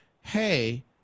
hey